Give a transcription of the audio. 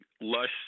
lush